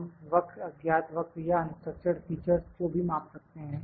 हम वक्र अज्ञात वक्र या अनस्ट्रक्चर्ड फीचर्स को भी माप सकते हैं